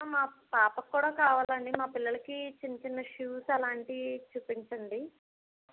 మా పాపకు కూడా కావాలండి మా పిల్లలకి చిన చిన్న షూస్ అలాంటివి చూపించండి